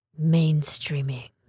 mainstreaming